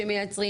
שמייצרים,